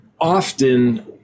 often